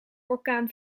orkaan